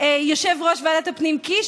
יושב-ראש ועדת הפנים קיש,